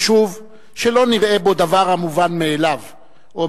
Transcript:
חשוב שלא נראה בו דבר המובן מאליו או